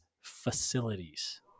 facilities